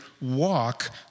walk